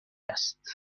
است